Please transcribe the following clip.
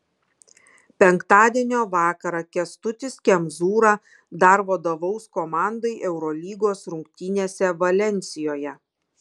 penktadienio vakarą kęstutis kemzūra dar vadovaus komandai eurolygos rungtynėse valensijoje